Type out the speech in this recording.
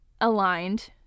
aligned